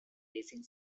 racing